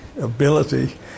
ability